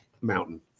mountain